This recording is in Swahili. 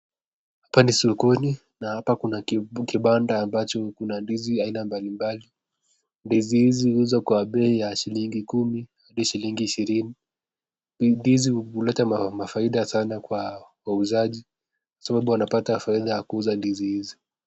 Hapa ni soko na hapa Kuna kipanda ambacho Kuna ndizi vya aina mbalimbali ndizi hizi uzwa Kwa bei shilingi kumi shilingi ishirini, ndizi uleta mafaidha sana Kwa wauzaji wanapata faidha Kwa kuzaa ndizi hizi.